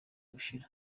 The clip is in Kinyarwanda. gushira